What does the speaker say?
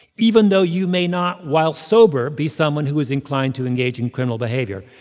even though you may not, while sober, be someone who is inclined to engage in criminal behavior.